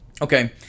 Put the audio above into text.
okay